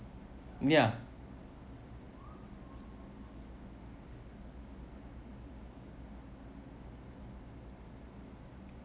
ya